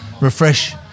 refresh